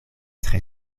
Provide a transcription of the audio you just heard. tre